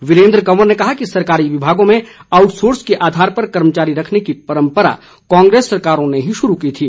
वीरेन्द्र कंवर ने कहा कि सरकारी विभागों में आउटसोर्स के आधार पर कर्मचारी रखने की परंपरा कांग्रेस सरकारों ने ही शुरू की थी